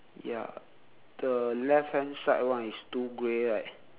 ya the left hand side one is two grey right